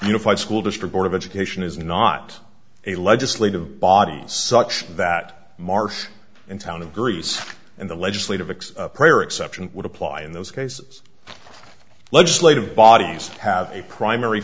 unified school district board of education is not a legislative body such that march in town of greece and the legislative a prayer exception would apply in those cases legislative bodies have a primary